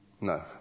No